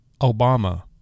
Obama